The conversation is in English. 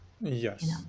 yes